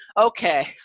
Okay